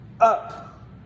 up